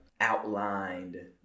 outlined